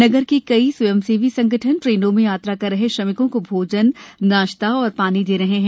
नगर के कई स्वयं सेवी संगठन ट्रेनो में यात्रा कर रहे श्रमिकों को भोजन नाश्ता और पानी दे रहे हैं